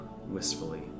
wistfully